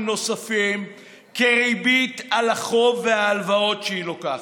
נוספים כריבית על החוב וההלוואות שהיא לוקחת,